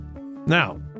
Now